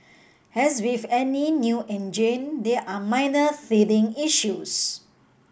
as with any new engine there are minor feeling issues